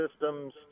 systems